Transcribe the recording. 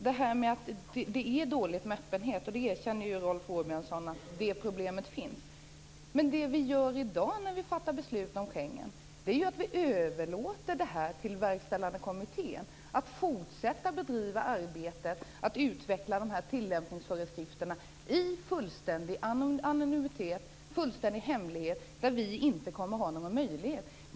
Fru talman! Det är dåligt med öppenhet. Rolf Åbjörnsson erkänner att det problemet finns. Det vi gör i dag när vi fattar beslut om Schengen är att vi överlåter till en verkställande kommitté att fortsätta arbetet med att utveckla tillämpningsföreskrifterna i fullständig anonymitet och hemlighet där vi inte kommer att ha någon möjlighet.